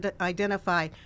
identify